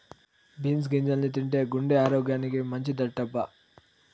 beans గింజల్ని తింటే గుండె ఆరోగ్యానికి మంచిదటబ్బా